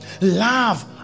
Love